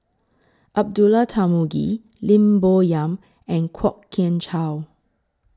Abdullah Tarmugi Lim Bo Yam and Kwok Kian Chow